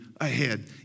ahead